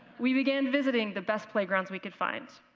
we began visiting the best playgrounds we could find.